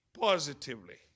positively